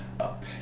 up